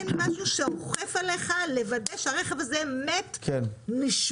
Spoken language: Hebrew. אין מה שאוכף עליך לוודא שהרכב הזה מת ומושמד,